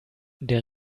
der